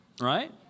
Right